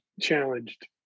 challenged